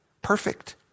perfect